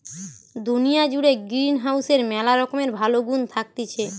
দুনিয়া জুড়ে গ্রিনহাউসের ম্যালা রকমের ভালো গুন্ থাকতিছে